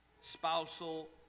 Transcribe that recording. spousal